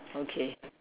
okay